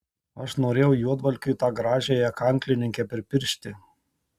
aš norėjau juodvalkiui tą gražiąją kanklininkę pripiršti